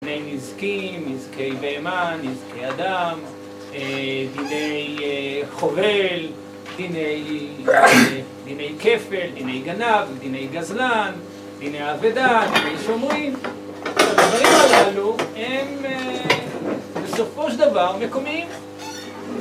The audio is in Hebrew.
דיני נזקין, נזקי בהמה, נזקי אדם, דיני חובל, דיני כפל, דיני גנב, דיני גזלן, דיני אבדה, דיני שומרים. הדברים הללו הם בסופו של דבר מקומיים